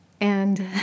and-